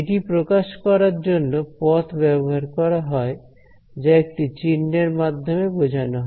এটি প্রকাশ করার জন্য পথ ব্যবহার করা হয় যা একটি চিহ্ন এর মাধ্যমে বোঝানো হয়